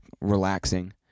relaxing